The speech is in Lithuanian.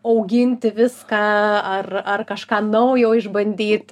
auginti viską ar ar kažką naujo išbandyt